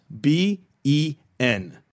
b-e-n